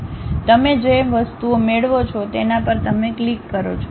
તમે જે વસ્તુઓ મેળવો છો તેના પર તમે ક્લિક કરો છો